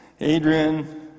Adrian